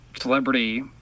celebrity